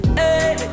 hey